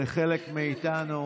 לחלק מאיתנו